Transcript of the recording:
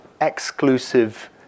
exclusive